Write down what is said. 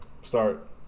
start